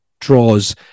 draws